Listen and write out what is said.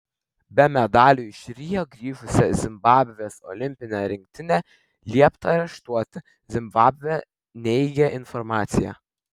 be medalių iš rio grįžusią zimbabvės olimpinę rinktinę liepta areštuoti zimbabvė neigia informaciją